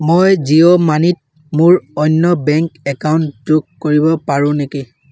মই জিঅ' মানিত মোৰ অন্য বেংক একাউণ্ট যোগ কৰিব পাৰো নেকি